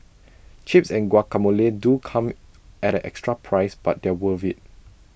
chips and guacamole do come at an extra price but they're worth IT